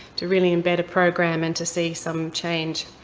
to really embed a program and to see some change.